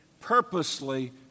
purposely